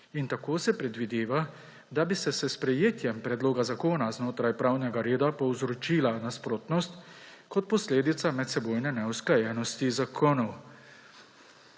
in tako se predvideva, da bi se s sprejetjem predloga zakona znotraj pravnega reda povzročila nasprotnost kot posledica medsebojne neusklajenosti zakonov.